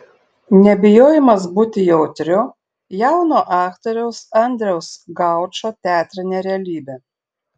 nebijojimas būti jautriu jauno aktoriaus andriaus gaučo teatrinė realybė